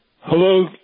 Hello